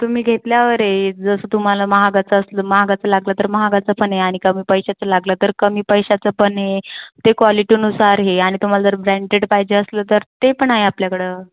तुम्ही घेतल्यावर हे जसं तुम्हाला महागाचं असलं महागाचं लागलं तर महागाचं पण आहे आणि कमी पैशाचं लागलं तर कमी पैशाचं पण आहे ते कॉलिटीनुसार हे आणि तुम्हाला जर ब्रॅंटेड पाहिजे असलं तर ते पण आहे आपल्याकडं